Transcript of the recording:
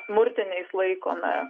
smurtiniais laikome